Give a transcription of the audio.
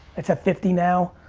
it's at fifty now.